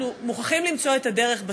אנחנו מוכרחים למצוא את הדרך.